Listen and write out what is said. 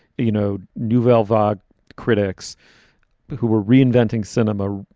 you know, duvalle varg critics who were reinventing cinema,